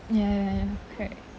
ya ya ya correct